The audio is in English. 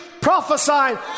Prophesied